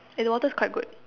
eh the water's quite good